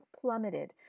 plummeted